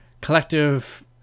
Collective